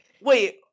Wait